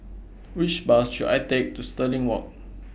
Which Bus should I Take to Stirling Walk